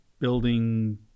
building